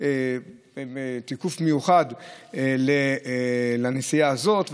תיקוף מיוחד לנסיעה הזאת,